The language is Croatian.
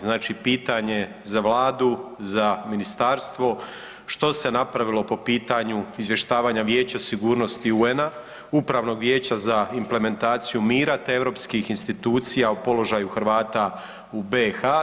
Znači pitanje za Vladu, za ministarstvo što se napravilo po pitanju izvještavanja Vijeća sigurnosti UN-a, upravnog vijeća za implementaciju mira te europskih institucija o položaju Hrvata u BiH.